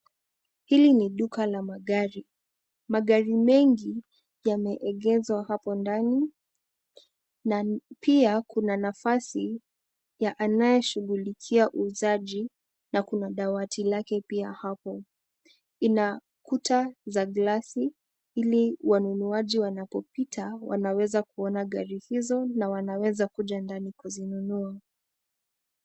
Hili ni duka la magari, magari mengi yameegezwa hapo ndani na pia kuna nafasi ya anaye shughulikia uuzaji na kuna dawati lake pia hapo. Ina kuta la glasi ili wanunuaji wanapopita wanaweza kuona gari hizo na wanaweza kuja ndani kuzinunua.